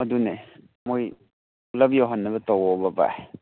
ꯑꯗꯨꯅꯦ ꯃꯣꯏ ꯄꯨꯂꯞ ꯌꯥꯎꯍꯟꯅꯕ ꯇꯧꯑꯣꯕ ꯚꯥꯏ